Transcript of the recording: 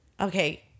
okay